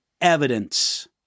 evidence